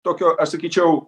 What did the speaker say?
tokio aš sakyčiau